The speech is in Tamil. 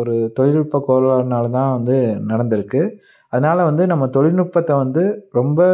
ஒரு தொழில்நுட்ப கோளாறுனால் தான் வந்து நடந்திருக்கு அதனால் வந்து நம்ம தொழில்நுட்பத்தை வந்து ரொம்ப